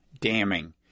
damning